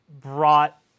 brought